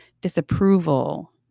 disapproval